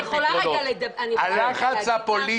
יעקב אשר?